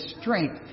strength